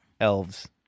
Elves